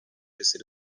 eseri